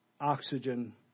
oxygen